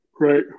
Right